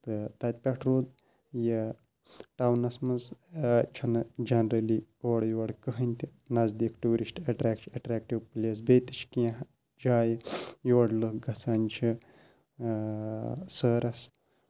تہٕ تَتہِ پٮ۪ٹھ روٗد ییِ ٹَونَس منٛز چھُنہٕ جَنرٔلی اور یور کٔہٕنۍ تہِ نَزدیٖک ٹیوٗرِسٹ اٹریکشن اٹریکٹو پٕلیس بیٚیہِ تہِ چھِ کیٚنٛہہ جایہِ یور لُکھ گژھان چھِ آ سٲرَس